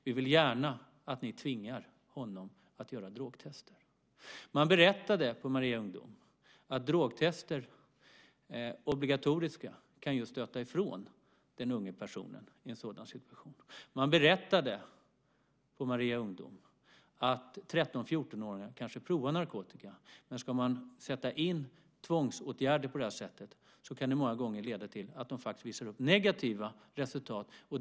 Vi vill gärna att ni tvingar honom att göra drogtest. Man berättade på Maria Ungdom att obligatoriska drogtest kan stöta bort den unga personen i en sådan situation. Man berättade på Maria Ungdom att 13-14-åringar kanske provar narkotika, men ska man sätta in tvångsåtgärder på det här sättet kan det många gånger leda till att de faktiskt visar upp negativa resultat.